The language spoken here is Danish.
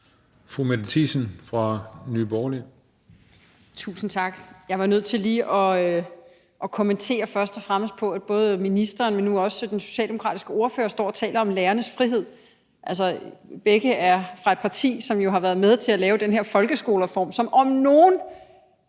Mette Thiesen (NB): Tusind tak. Jeg er nødt til lige først og fremmest at kommentere, at både ministeren og nu også den socialdemokratiske ordfører står og taler om lærernes frihed. Begge er fra et parti, der jo har været med til at lave den her folkeskolereform, som om noget